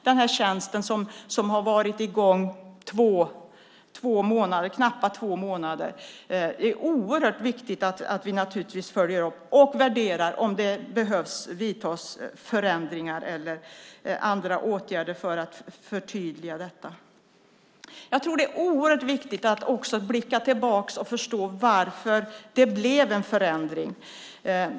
Den tjänst som har varit i gång i knappt två månader är det oerhört viktigt att följa upp och värdera för att se om det behöver vidtas förändringar. Det är också viktigt att blicka tillbaka för att förstå varför det blev en förändring.